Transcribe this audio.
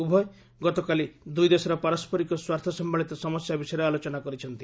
ଉଭୟ ଗତକାଲି ଦୁଇ ଦେଶର ପାରସ୍କରିକ ସ୍ୱାର୍ଥ ସମ୍ଭଳିତ ସମସ୍ୟା ବିଷୟରେ ଆଲୋଚନା କରିଛନ୍ତି